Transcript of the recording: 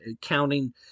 counting